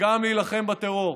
וגם להילחם בטרור.